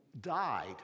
died